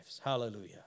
Hallelujah